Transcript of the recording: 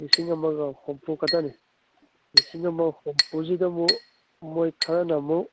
ꯂꯤꯁꯤꯡ ꯑꯃꯒ ꯍꯨꯝꯐꯨ ꯈꯛꯇꯅꯤ ꯂꯤꯁꯤꯡ ꯑꯃꯒ ꯍꯨꯝꯐꯨꯁꯤꯗꯃꯨꯛ ꯃꯣꯏ ꯈꯔꯅ ꯑꯃꯨꯛ